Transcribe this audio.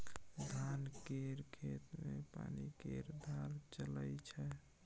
धान केर खेत मे पानि केर धार चलइ छै